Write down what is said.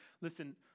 listen